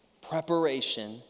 Preparation